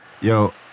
Yo